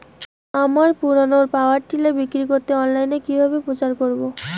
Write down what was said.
আমার পুরনো power tiller বিক্রি করাতে অনলাইনে কিভাবে প্রচার করব?